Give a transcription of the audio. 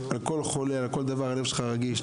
יודע שהלב שלך רגיש.